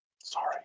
Sorry